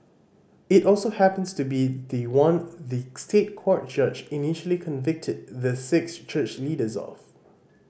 it also happens to be the one the State Court judge initially convicted the six church leaders of